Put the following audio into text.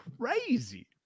crazy